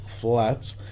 Flats